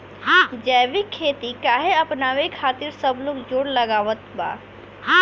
जैविक खेती काहे अपनावे खातिर सब लोग जोड़ लगावत बा?